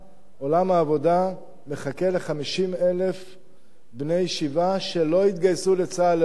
עולם העבודה מחכה ל-50,000 בני ישיבות שלא יתגייסו לצה"ל לעולם.